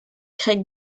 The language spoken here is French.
craig